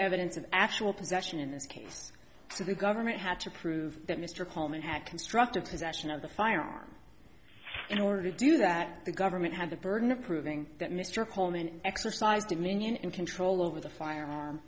evidence of actual possession in this case so the government had to prove that mr coleman had constructive possession of the firearm in order to do that the government had the burden of proving that mr coleman exercised dominion and control over the fire